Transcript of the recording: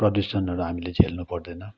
प्रदूषणहरू हामीले झेल्नुपर्दैन